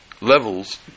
levels